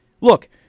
Look